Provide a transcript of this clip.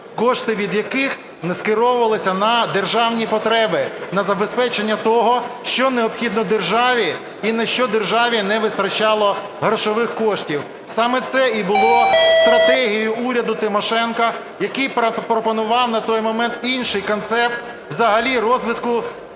кошти від яких скеровувалися на державні потреби, на забезпечення того, що необхідно державі і на що державі не вистачало грошових коштів. Саме це і було стратегією уряду Тимошенко, який пропонував на той момент інший концепт взагалі розвитку цієї